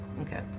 Okay